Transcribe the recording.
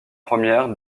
première